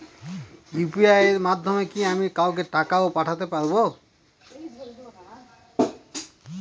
UPI এর মাধ্যমে কি আমি কাউকে টাকা ও পাঠাতে পারবো?